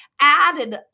added